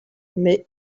mais